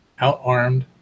outarmed